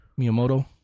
Miyamoto